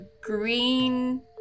green